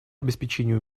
обеспечению